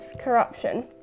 corruption